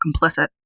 complicit